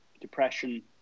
depression